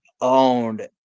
owned